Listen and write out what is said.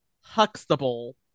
Huxtable